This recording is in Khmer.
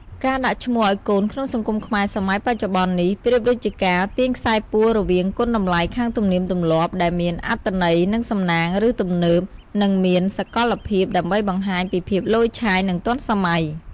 ការដាក់ឈ្មោះឱ្យកូនក្នុងសង្គមខ្មែរសម័យបច្ចុបន្ននេះ ប្រៀបដូចជាការទាញខ្សែពួររវាង គុណតម្លៃខាងទំនៀមទម្លាប់ ដែលមានអត្ថន័យ និងសំណាង ឬ ទំនើប និងមានសកលភាព ដើម្បីបង្ហាញពីភាពឡូយឆាយ និងទាន់សម័យ។